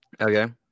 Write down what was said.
okay